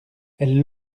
elle